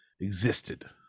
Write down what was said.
existed